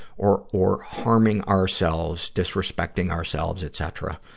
or, or harming ourselves, disrespecting ourselves, etcetera,